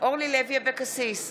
אורלי לוי אבקסיס,